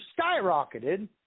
skyrocketed